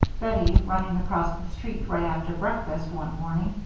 bettie, running across the street right after breakfast one morning,